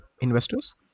investors